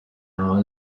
hour